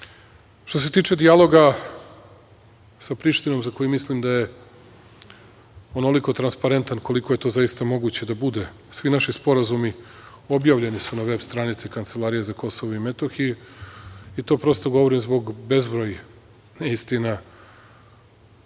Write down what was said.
se tiče dijaloga sa Prištinom, za koji mislim da je onoliko transparentan koliko je to zaista moguće da bude. Svi naši sporazumi objavljeni su na VEB stranici Kancelarije za Kosovo i Metohiju, i to prosto govorim zbog bezbroj neistina,